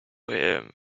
him